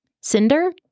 Cinder